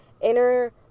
inner